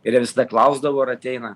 ir jie visada klausdavo ar ateina